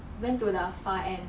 went to the far end